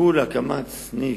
השיקול להקמת סניף,